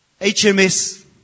HMS